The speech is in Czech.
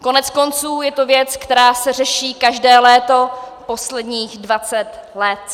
Koneckonců je to věc, která se řeší každé léto posledních dvacet let.